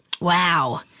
Wow